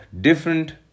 different